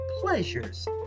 pleasures